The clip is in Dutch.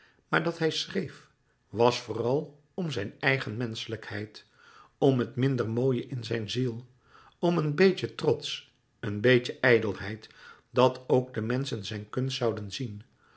maar dat hij schreef was vooral om zijn eigen menschelijkheid om het minder mooie in zijn ziel om een beetje trots een beetje ijdelheid dat ook de menschen zijn kunst zouden zien